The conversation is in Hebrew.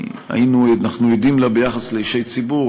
שאנחנו עדים לה ביחס לאישי ציבור,